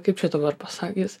kaip čia dabar pasakius